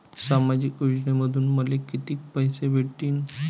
सामाजिक योजनेमंधून मले कितीक पैसे भेटतीनं?